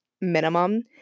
minimum